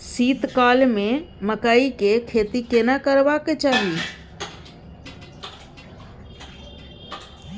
शीत काल में मकई के खेती केना करबा के चाही?